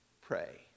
pray